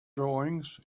drawings